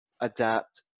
adapt